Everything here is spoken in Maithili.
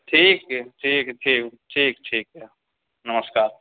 ठीक छै ठीक ठीक ठीक छै नमस्कार